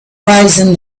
raising